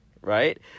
right